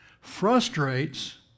frustrates